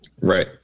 right